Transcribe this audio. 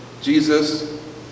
Jesus